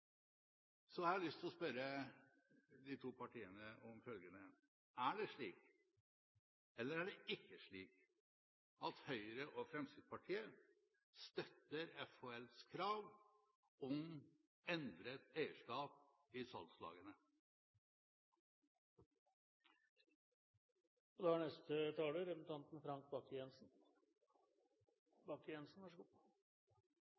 Så har jeg lyst til å spørre de to partiene om følgende: Er det slik, eller er det ikke slik, at Høyre og Fremskrittspartiet støtter FHLs krav om endret eierskap i